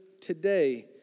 today